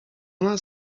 nas